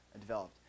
developed